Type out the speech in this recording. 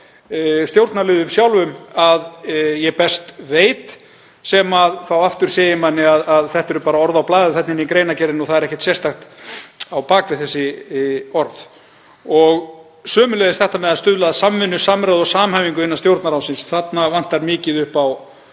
stjórnarliðum sjálfum, að ég best veit, sem þá aftur segir manni að þetta eru bara orð á blaði í greinargerðinni og það er ekkert sérstakt á bak við þau orð. Sömuleiðis þetta með að stuðla að samvinnu, samráði og samhæfingu innan Stjórnarráðsins, þar vantar mikið upp á